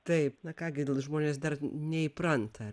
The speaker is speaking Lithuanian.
taip na ką gi žmonės dar neįpranta